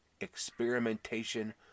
experimentation